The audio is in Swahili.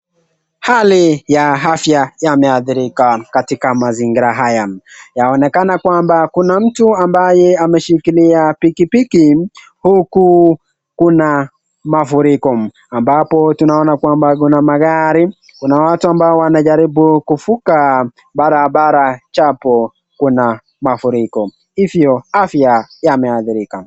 Hali ya afya yameadhirika katitka mazingira haya yaonekana kwamba kuna mtu ambaye ameshikilia pikipiki huku kuna mafuriko ambapo tunaona magari Kuna watu ambao wanajaribu kufuka barabara japo Kuna mafuriko hivyo haya afya yameadhirika.